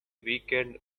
weekend